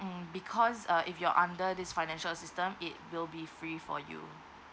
mm because uh if you're under this financial assistance it will be free for you